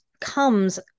comes